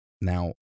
Now